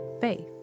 faith